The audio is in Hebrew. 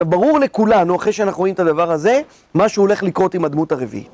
ברור לכולנו, אחרי שאנחנו רואים את הדבר הזה, מה שהולך לקרות עם הדמות הרביעי.